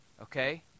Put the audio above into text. Okay